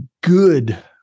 good